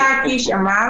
סגן השר קיש אמר